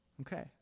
Okay